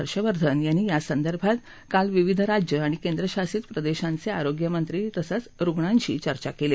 हर्षवर्धन यांनी यासंदर्भात काल विविध राज्यं आणि केंद्रशासित प्रदेशांचे आरोग्यमंत्री तसंच रुग्णांशी चर्चा केली